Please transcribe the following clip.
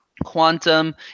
Quantum